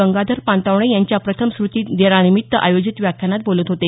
गंगाधर पानतावणे यांच्या प्रथम स्मृती दिनानिमित्त आयोजित व्याख्यानात बोलत होते